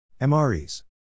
MREs